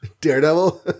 Daredevil